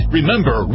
Remember